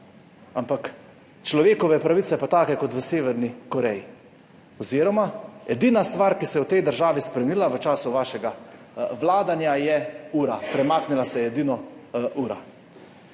ampak človekove pravice pa take kot v Severni Koreji.« Oziroma edina stvar, ki se je v tej državi spremenila v času vašega vladanja, je ura, premaknila se je edino ura.